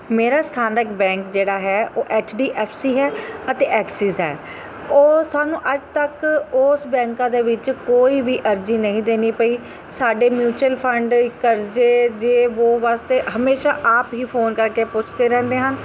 ਮੇਰਾ ਸਥਾਨਕ ਬੈਂਕ ਜਿਹੜਾ ਹੈ ਉਹ ਐਚ ਡੀ ਐਫ ਸੀ ਹੈ ਅਤੇ ਐਕਸਿਸ ਹੈ ਉਹ ਸਾਨੂੰ ਅੱਜ ਤੱਕ ਉਸ ਬੈਂਕਾਂ ਦੇ ਵਿੱਚ ਕੋਈ ਵੀ ਅਰਜ਼ੀ ਨਹੀਂ ਦੇਣੀ ਪਈ ਸਾਡੇ ਮਿਊਚਲ ਫੰਡ ਕਰਜ਼ੇ ਜੇ ਵੋ ਵਾਸਤੇ ਹਮੇਸ਼ਾ ਆਪ ਹੀ ਫੋਨ ਕਰਕੇ ਪੁੱਛਦੇ ਰਹਿੰਦੇ ਹਨ